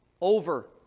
over